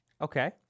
Okay